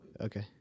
Okay